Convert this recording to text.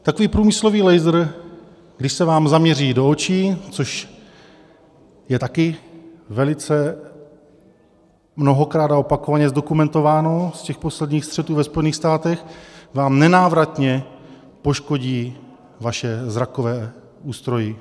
Takový průmyslový laser, když se vám zaměří do očí, což je taky velice mnohokrát a opakovaně zdokumentováno z těch posledních střetů ve Spojených státech, vám nenávratně poškodí vaše zrakové ústrojí.